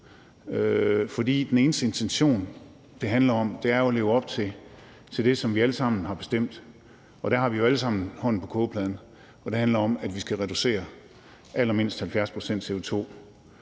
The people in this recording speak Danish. den eneste intention, det handler om, er jo at leve op til det, som vi alle sammen har bestemt, og der har vi jo alle sammen hånden på kogepladen, og det handler om, at vi skal reducere allermindst 70 pct.